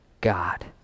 God